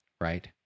right